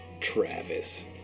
Travis